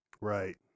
Right